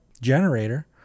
generator